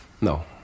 No